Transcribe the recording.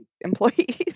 employees